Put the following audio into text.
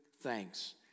thanks